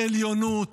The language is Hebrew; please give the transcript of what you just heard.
עליונות,